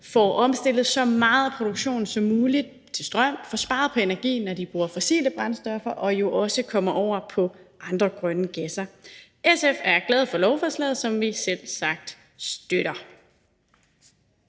får omstillet så meget af produktionen som muligt til strøm og sparer på energien, når de bruger fossile brændstoffer, og jo også kommer over på andre grønne gasser. SF er glad for lovforslaget, som vi selvsagt støtter.